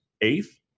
eighth